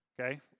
okay